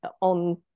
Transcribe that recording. on